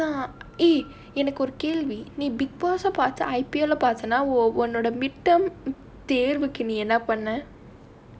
அதுனால் தான்:athunaal thaan eh எனக்கு ஒரு கேள்வி நீ:enakku oru kelvi nee bigg boss பாத்து:paathu I_P_L பாத்தேனா உன் உன்னோட:paathaenaa un unnoda mid term தேர்வுக்கு நீ என்ன பண்ண:thervukku nee enna panna